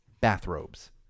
bathrobes